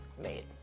made